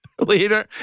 leader